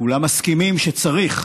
כולם מסכימים שצריך.